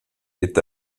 est